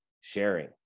sharing